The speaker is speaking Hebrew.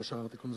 לא שכחתי כלום.